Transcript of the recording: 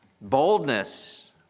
boldness